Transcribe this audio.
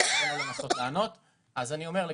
אני מנסה לענות על פי סדר.